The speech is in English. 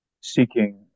seeking